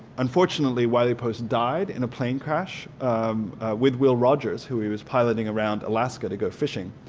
unfortunately wiley post died in a plane crash um with will rogers who he was piloting around alaska to go fishing